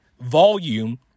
volume